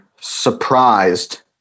surprised